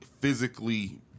physically